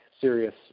serious